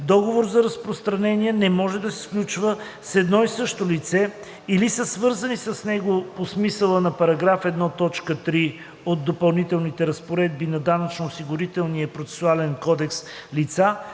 Договор за разпространение не може да се сключи с едно и също външно лице или със свързани с него по смисъла на § 1, т. 3 от допълнителните разпоредби на Данъчно-осигурителния процесуален кодекс лица